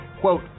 quote